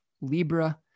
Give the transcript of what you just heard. Libra